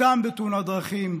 סתם, בתאונות דרכים,